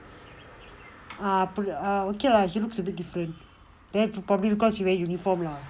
ah okay lah he looks abit different that's probably because he wear uniform lah